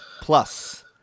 plus